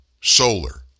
solar